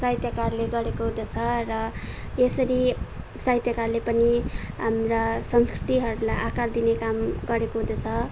साहित्यकारले गरेको हुँदछ र यसरी साहित्यकारले पनि हाम्रा संस्कृतिहरूलाई आकार दिने काम गरेको हुँदछ